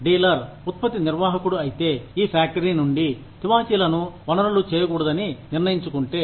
dealer ఉత్పత్తి నిర్వాహకుడు అయితే ఈ ఫ్యాక్టరీ నుండి తివాచీలను వనరులు చేయకూడదని నిర్ణయించుకుంటే